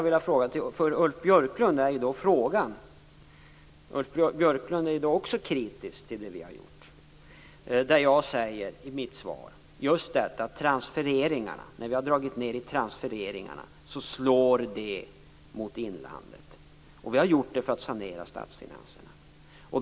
Ulf Björklund är också kritisk till det vi har gjort och till det som jag säger i mitt svar, just att neddragningarna i transfereringarna slår mot inlandet och att vi har gjort neddragningarna för att sanera statsfinanserna.